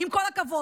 עם כל הכבוד.